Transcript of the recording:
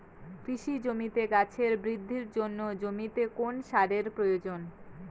কৃষি জমিতে গাছের বৃদ্ধির জন্য জমিতে কোন সারের প্রয়োজন?